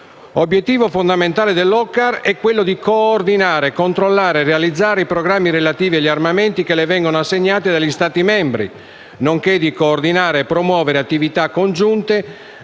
Obiettivo fondamentale dell'OCCAR è quello di coordinare, controllare e realizzare i programmi relativi agli armamenti che le vengono assegnati dagli Stati membri, nonché di coordinare e promuovere attività congiunte